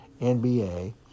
NBA